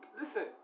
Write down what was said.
listen